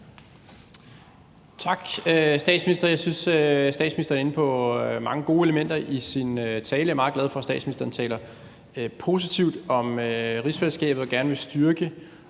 Tak. Jeg synes, at statsministeren er inde på mange gode elementer i sin tale. Jeg er meget glad for, at statsministeren taler positivt om rigsfællesskabet og gerne vil styrke